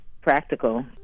practical